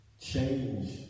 change